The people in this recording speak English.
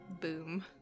boom